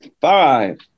five